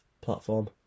platform